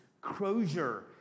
crozier